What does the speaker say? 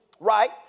Right